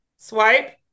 Swipe